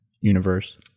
universe